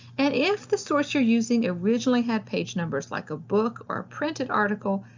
and if the source you're using originally had page numbers like a book or a printed article,